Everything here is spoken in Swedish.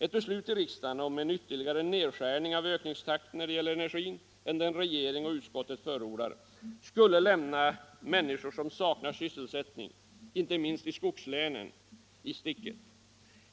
Ett beslut i riksdagen om ytterligare nedskärning av ökningstakten när det gäller energin utöver den regeringen och utskottet förordar skulle lämna människor som saknar sysselsättning, inte minst i skogslänen, i sticket.